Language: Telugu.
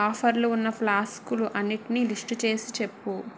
ఆఫర్లు ఉన్న ఫ్లాస్కులు అన్నిట్ని లిస్టు చేసి చెప్పు